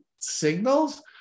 signals